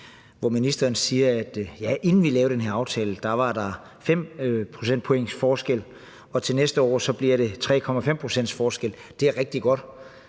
hvor ministeren siger, at ja, inden vi lavede den her aftale, var der 5 procentpoints forskel, og til næste år bliver det 3,5 procentpoints forskel. Det er rigtig godt,